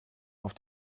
auf